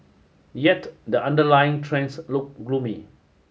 yet the underlying trends look gloomy